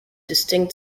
distinct